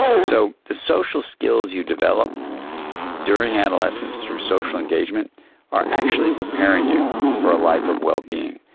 so the social skills you develop during adolescence through social engagement are actually preparing you for a life of well-being.